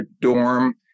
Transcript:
dorm